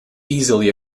easily